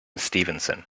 stephenson